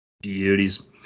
Beauties